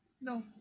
No